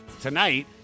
tonight